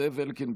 זאב אלקין,